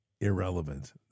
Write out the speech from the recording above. irrelevant